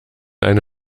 eine